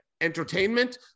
entertainment